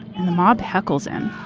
and the mob heckles him